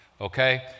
Okay